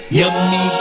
yummy